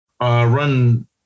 run